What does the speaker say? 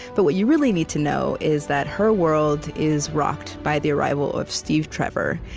but what you really need to know is that her world is rocked by the arrival of steve trevor.